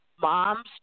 Mom's